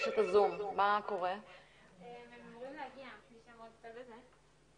אבל מתוך חוויה אישית שלי שהיא מבחינתי קשה.